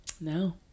no